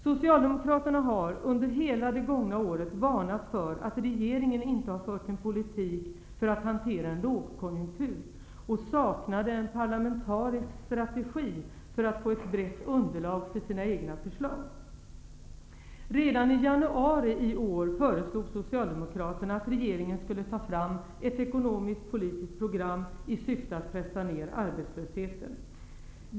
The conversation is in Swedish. Socialdemokraterna har under hela det gångna året varnat för att regeringen inte har fört en politik för att hantera en lågkonjunktur och saknat en parlamentarisk strategi för att få ett brett underlag för sina egna förslag. Redan i januari i år föreslog Socialdemokraterna att regeringen skulle ta fram ett ekonomiskpolitiskt program i syfte att pressa ned arbetslösheten.